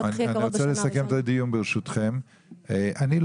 ברשותכם, אני רוצה לסכם את הדיון.